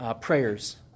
prayers